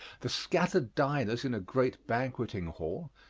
the scattered diners in a great banqueting hall,